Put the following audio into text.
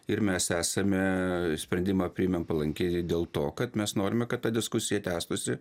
ir mes esame sprendimą priėmėm palankiai dėl to kad mes norime kad ta diskusija tęstųsi